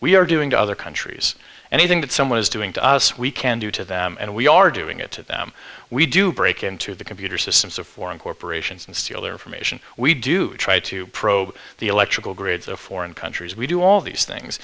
we are doing to other countries anything that someone is doing to us we can do to them and we are doing it to them we do break into the computer systems of foreign corporations and steal their information we do try to probe the electrical grids of foreign countries we do all these things